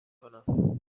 کنم